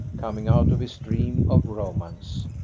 coming out of his dream of romance.